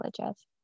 religious